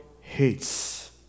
hates